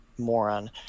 Moron